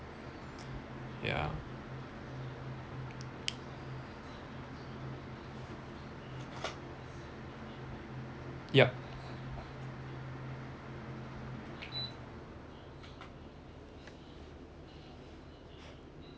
yeah yup